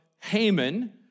Haman